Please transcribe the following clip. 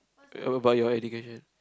about your education